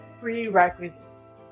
prerequisites